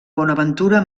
bonaventura